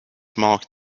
marked